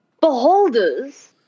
beholders